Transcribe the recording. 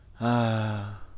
Ah